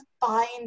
find